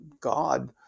God